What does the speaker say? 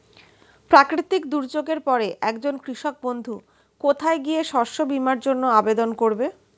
প্রাকৃতিক দুর্যোগের পরে একজন কৃষক বন্ধু কোথায় গিয়ে শস্য বীমার জন্য আবেদন করবে?